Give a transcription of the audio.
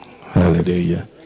hallelujah